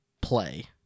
play